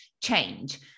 Change